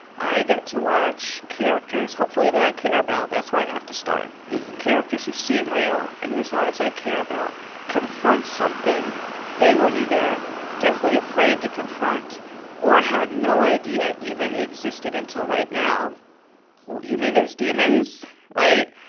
i get to watch characters, hopefully that i care about that's where i have to start characters who seem real and whose lives i care about confront something they were either deathly afraid to confront or had no idea even existed until right now you mean there's demons right?